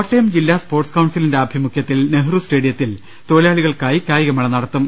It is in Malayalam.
കോട്ടയം ജില്ലാ സ്പോർട്സ് കൌൺസിലിന്റെ ആഭിമുഖ്യത്തിൽ നെഹ്റു സ്റ്റേഡിയത്തിൽ തൊഴിലാളികൾക്കായി കായികമേള നടത്തും